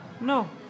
No